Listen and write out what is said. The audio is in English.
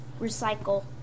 recycle